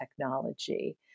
technology